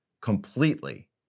completely